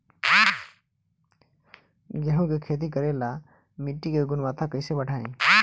गेहूं के खेती करेला मिट्टी के गुणवत्ता कैसे बढ़ाई?